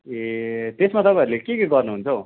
ए त्यसमा तपाईँहरूले के के गर्नुहुन्छ हौ